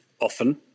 often